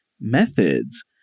Methods